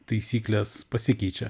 taisyklės pasikeičia